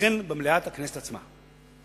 וכן במליאת הכנסת עצמה.